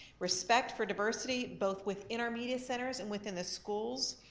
respect for diversity both within our media centers and within the schools.